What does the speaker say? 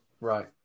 Right